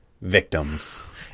victims